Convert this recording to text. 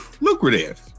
lucrative